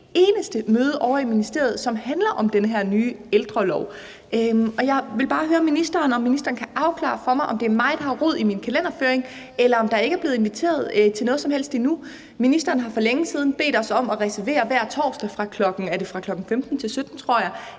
et eneste møde ovre i ministeriet, som handler om den her nye ældrelov. Jeg vil bare høre ministeren, om ministeren kan afklare for mig, om det er mig, der har rod i min kalenderføring, eller om der ikke er blevet inviteret til noget som helst endnu. Ministeren har for længe siden bedt os om at reservere hver torsdag fra kl. 15.00-17.00, tror jeg,